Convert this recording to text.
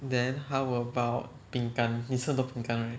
then how about 饼干你吃很多饼干 right